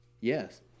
Yes